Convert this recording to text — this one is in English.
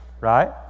Right